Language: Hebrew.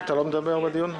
אתה לא מדבר בדיון?